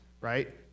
right